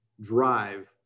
drive